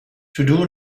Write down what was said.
todo